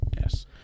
Yes